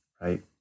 right